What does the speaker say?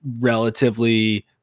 relatively